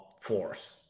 force